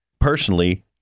personally